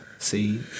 See